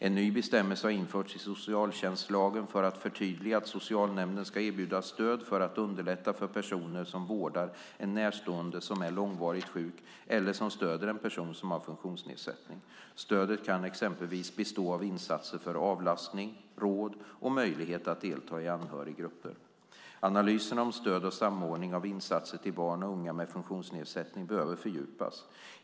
En ny bestämmelse har införts i socialtjänstlagen för att förtydliga att socialnämnden ska erbjuda stöd för att underlätta för personer som vårdar en närstående som är långvarigt sjuk eller som stöder en person som har funktionsnedsättning. Stödet kan exempelvis bestå av insatser för avlastning, råd och möjlighet att delta i anhöriggrupper. Analyserna om stöd och samordning av insatser till barn och unga med funktionsnedsättning behöver fördjupas.